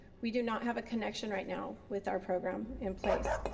we do not have a connection right now with our program in place.